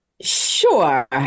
Sure